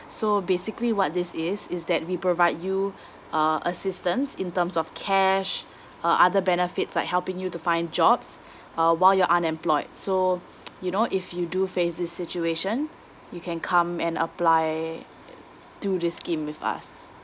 so basically what this is is that we provide you uh assistance in terms of cash uh other benefits like helping you to find jobs uh while you're unemployed so you know if you do faces situation you can come and apply to this scheme with us